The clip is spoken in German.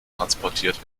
transportiert